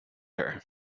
her